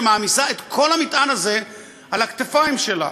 שמעמיסה את כל המטען הזה על הכתפיים שלה.